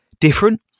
different